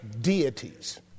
deities